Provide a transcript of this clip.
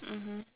mmhmm